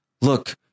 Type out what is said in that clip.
Look